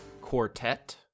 quartet